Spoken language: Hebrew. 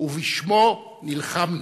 ובשמו נלחמנו.